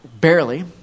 Barely